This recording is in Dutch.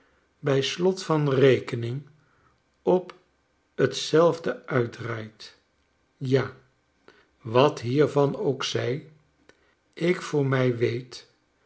bij slot van rekening op t zelfde uitdraait ja wat hiervan ook zij ik voor mrj weet